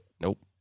Nope